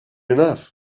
enough